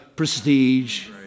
prestige